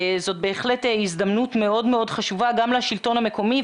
זאת בהחלט הזדמנות מאוד מאוד חשובה גם לשלטון המקומי.